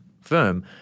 firm